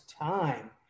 time